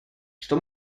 что